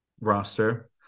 roster